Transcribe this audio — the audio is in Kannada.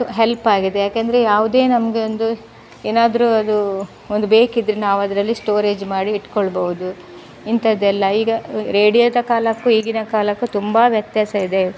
ಹೆಲ್ಪಾಗಿದೆ ಯಾಕೆಂದರೆ ಯಾವುದೇ ನಮಗೊಂದು ಏನಾದರೂ ಅದು ಒಂದು ಬೇಕಿದ್ದರೆ ನಾವು ಅದರಲ್ಲಿ ಸ್ಟೋರೇಜ್ ಮಾಡಿ ಇಟ್ಟುಕೊಳ್ಬೋದು ಇಂಥದ್ದೆಲ್ಲ ಈಗ ರೇಡಿಯೋದ ಕಾಲಕ್ಕೂ ಈಗಿನ ಕಾಲಕ್ಕೂ ತುಂಬ ವ್ಯತ್ಯಾಸ ಇದೆ